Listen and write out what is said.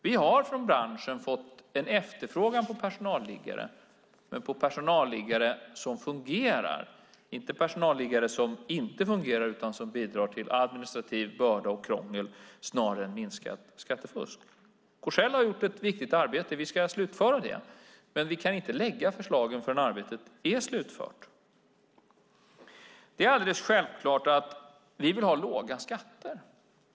Vi har från branschen fått en efterfrågan på personalliggare som fungerar, inte personalliggare som inte fungerar och som bidrar till administrativ börda och krångel snarare än minskat skattefusk. Korsell har gjort ett viktigt arbete. Vi ska slutföra det. Men vi kan inte lägga fram förslagen förrän arbetet är slutfört. Det är alldeles självklart att vi vill ha låga skatter.